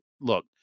look